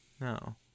no